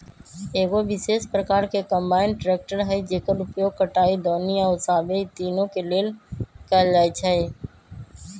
एगो विशेष प्रकार के कंबाइन ट्रेकटर हइ जेकर उपयोग कटाई, दौनी आ ओसाबे इ तिनों के लेल कएल जाइ छइ